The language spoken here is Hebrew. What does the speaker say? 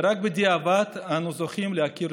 ורק בדיעבד אנחנו זוכים להכיר.